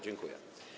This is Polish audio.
Dziękuję.